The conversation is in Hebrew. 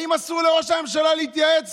האם אסור לראש הממשלה להתייעץ